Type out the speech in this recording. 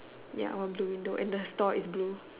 ya I want blue window and the store is blue